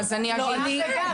עזוב שנייה.